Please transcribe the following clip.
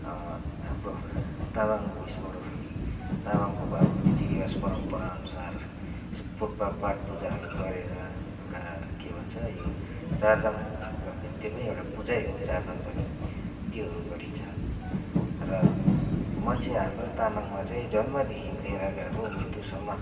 हाम्रो तामाङ उयेसबाट तामाङको अब रीतिरिवाज परम्पराअनुसार पाठपूजाहरू गरेर एउटा के भन्छ यो चारदाम गर्ने त्यो पनि एउटा पूजा है हो चारदाम पनि त्योहरू गरिन्छ र मान्छे हाम्रो तामाङमा चाहिँ जन्मदेखि लिएर गएको मृत्युसम्म